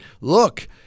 look